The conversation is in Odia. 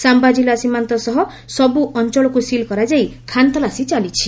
ସାମ୍ଭା ଜିଲ୍ଲା ସୀମାନ୍ତ ସହ ସବୁ ଅଞ୍ଚଳକୁ ସିଲ୍ କରାଯାଇ ଖାନ୍ତଲାସି ଚାଲିଛି